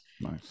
Nice